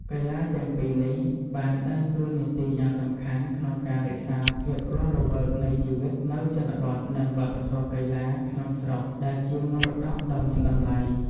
កីឡាទាំងពីរនេះបានដើរតួនាទីយ៉ាងសំខាន់ក្នុងការរក្សាភាពរស់រវើកនៃជីវិតនៅជនបទនិងវប្បធម៌កីឡាក្នុងស្រុកដែលជាមរតកដ៏មានតម្លៃ។